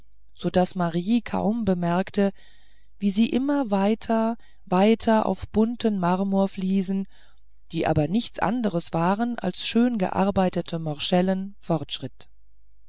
konnte sodaß marie kaum bemerkte wie sie immer weiter weiter auf bunten marmorfliesen die aber nichts anders waren als schön gearbeitete morschellen fortschritt